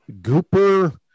gooper